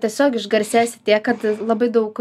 tiesiog išgarsėsi tiek kad labai daug